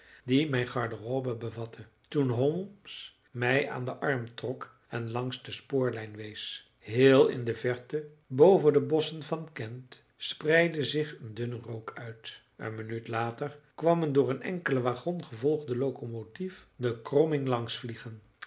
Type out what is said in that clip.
die mijn garderobe bevatte toen holmes mij aan den arm trok en langs de spoorlijn wees heel in de verte boven de bosschen van kent spreidde zich een dunne rook uit een minuut later kwam een door een enkelen wagon gevolgde locomotief de kromming langs vliegen